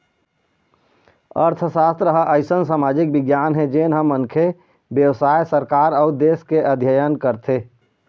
अर्थसास्त्र ह अइसन समाजिक बिग्यान हे जेन ह मनखे, बेवसाय, सरकार अउ देश के अध्ययन करथे